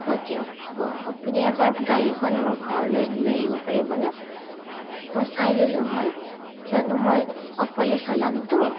হ'ব দিয়ক হ'ব আপুনি এবাৰ গাড়ীখন মোৰ ঘৰলৈ লৈ আহিব পাৰিবনে মই চাই ল'লোঁ হয় কিয়নো মই অকলে চলামতো